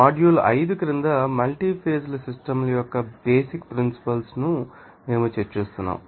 module 5 క్రింద multi phase ల system ల యొక్క బేసిక్ ప్రిన్సిపల్స్ ను మేము చర్చిస్తున్నాము